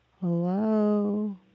Hello